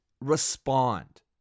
respond